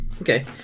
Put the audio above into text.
Okay